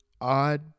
odd